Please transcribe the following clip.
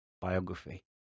biography